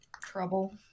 trouble